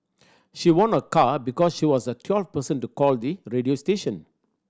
she won a car because she was the twelfth person to call the radio station